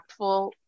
impactful